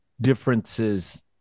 differences